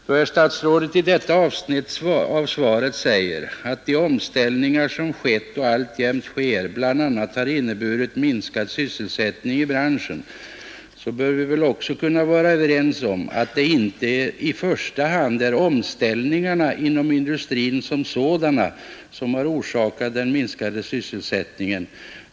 Då herr statsrådet i detta avsnitt av svaret säger att de omställningar som skett och alltjämt sker bl.a. har inneburit minskad sysselsättning i branschen, så bör vi väl också vara överens om att det inte i första hand är omställningarna inom industrin som sådana som har orsakat den minskade sysselsättningen.